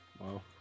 Wow